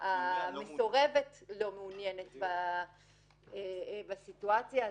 המסורבת לא מעוניינת בסיטואציה הזו.